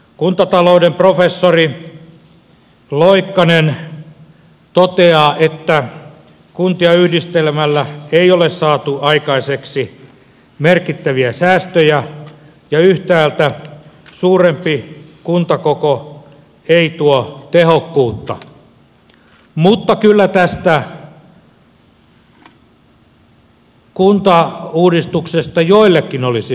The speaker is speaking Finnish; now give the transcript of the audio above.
kuntatalouden professori loikkanen toteaa että kuntia yhdistelemällä ei ole saatu aikaan merkittäviä säästöjä ja yhtäältä suurempi kuntakoko ei tuo tehokkuutta mutta kyllä tästä kuntauudistuksesta joillekin olisi hyötyä